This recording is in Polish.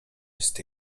jest